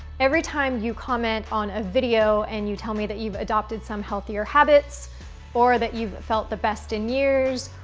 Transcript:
every time you comment on a video and you tell me that you've adopted some healthier habits or that you've felt the best in years,